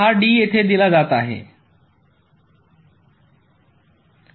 हा D येथे दिला जात आहे